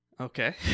Okay